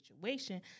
situation